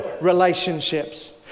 relationships